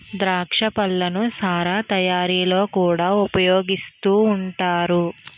ద్రాక్ష పళ్ళను సారా తయారీలో కూడా ఉపయోగిస్తూ ఉంటారు